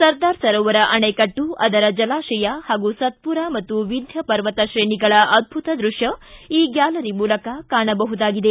ಸರ್ದಾರ ಸರೋವರ ಅಣೆಕಟ್ಟು ಅದರ ಜಲಾಶಯ ಪಾಗೂ ಸತ್ತುರಾ ಮತ್ತು ವಿಂಧ್ಯ ಪರ್ವತ ತ್ರೇಣಿಗಳ ಅದ್ದುತ ದೃಶ್ಯ ಈ ಗ್ಯಾಲರಿ ಮೂಲಕ ಕಾಣಬಹುದಾಗಿದೆ